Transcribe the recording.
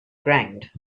ground